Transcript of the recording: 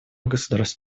государств